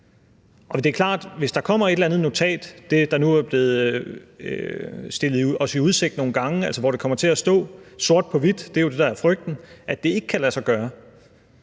Det er klart, at hvis der kommer et eller andet notat – det er jo det, der er blevet stillet os i udsigt nogle gange, altså at det kommer til at stå sort på hvidt; det er jo det, der er frygten, nemlig at det ikke kan lade sig gøre